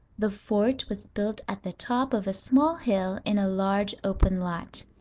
the fort was built at the top of a small hill in a large open lot.